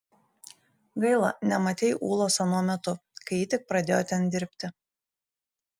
gaila nematei ulos anuo metu kai ji tik pradėjo ten dirbti